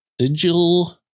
Sigil